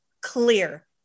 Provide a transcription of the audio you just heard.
clear